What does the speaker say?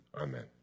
amen